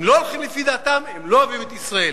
אם לא הולכים לפי דעתם, הם לא אוהבים את ישראל.